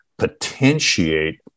potentiate